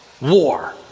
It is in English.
war